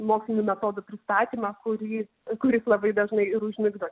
mokslinių metodų pristatymą kurį kuris labai dažnai ir užmigdo